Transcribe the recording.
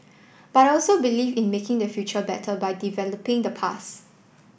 but I also believe in making the future better by developing the past